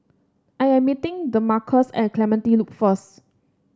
I am meeting Demarcus at Clementi Loop first